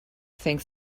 things